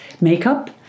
makeup